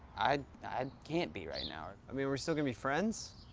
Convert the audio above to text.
i i can't be right now. i mean, we're still gonna be friends?